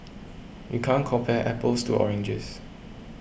you can't compare apples to oranges